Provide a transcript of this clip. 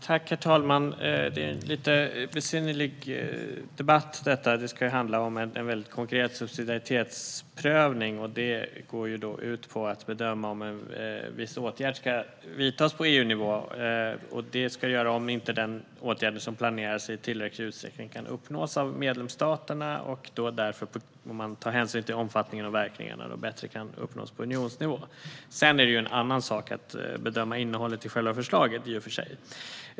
Herr talman! Detta är en lite besynnerlig debatt. Den ska handla om en mycket konkret subsidiaritetsprövning som går ut på att bedöma om en viss åtgärd ska vidtas på EU-nivå och om inte den åtgärd som planeras i tillräcklig utsträckning kan uppnås av medlemsstaterna. Därför får man ta hänsyn till om omfattningen och verkningarna kan uppnås bättre på unionsnivå. Sedan är det i och för sig en annan sak att bedöma innehållet i själva förslaget.